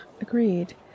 Agreed